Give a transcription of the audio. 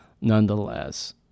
nonetheless